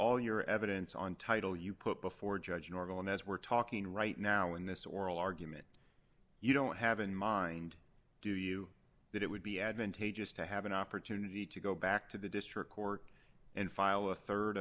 all your evidence on title you put before judge normal and as we're talking right now in this oral argument you don't have in mind do you that it would be advantageous to have an opportunity to go back to the district court and file a